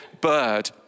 Bird